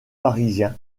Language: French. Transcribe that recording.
parisiens